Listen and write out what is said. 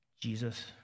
Jesus